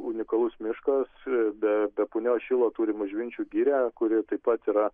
unikalus miškas be be punios šilo turime ažvinčių girią kuri taip pat yra